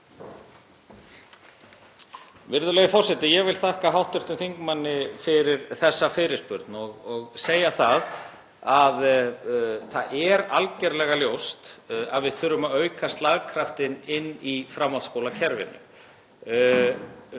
Virðulegi forseti. Ég vil þakka hv. þingmanni fyrir þessa fyrirspurn og segja að það er algerlega ljóst að við þurfum að auka slagkraftinn í framhaldsskólakerfinu.